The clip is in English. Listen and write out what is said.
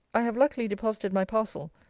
i have luckily deposited my parcel,